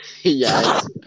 Yes